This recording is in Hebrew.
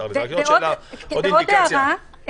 ועוד הערה: